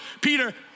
Peter